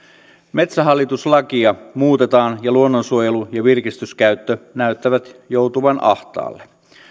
metsähallitus lakia muutetaan ja luonnonsuojelu ja virkistyskäyttö näyttävät joutuvan ahtaalle